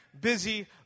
busy